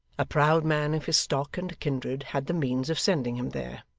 a proud man of his stock and kindred had the means of sending him there.